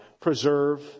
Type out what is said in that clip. preserve